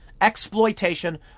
Exploitation